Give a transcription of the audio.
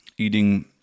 eating